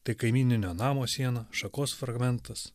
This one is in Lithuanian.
tai kaimyninio namo siena šakos fragmentas